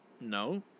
No